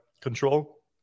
control